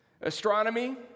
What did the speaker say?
astronomy